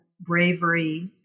bravery